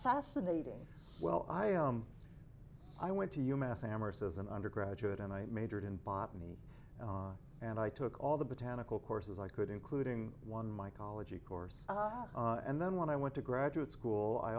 fascinating well i am i went to u mass amherst as an undergraduate and i majored in botany and i took all the botanical courses i could including one mycology course and then when i went to graduate school i